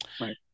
right